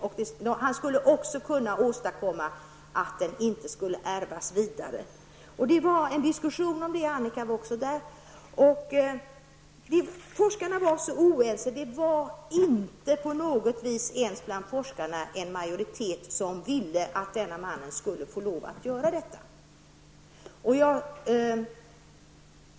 Läkaren skulle också kunna åstadkomma sådant som gör att sjukdomen inte skall ärvas vidare. Det var en diskussion, Annika Åhnberg, där om detta, och forskarna var oense. Det fanns inte på något vis ens bland forskarna en majoritet, som ville att forskaren skulle få lov att göra detta.